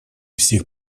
всех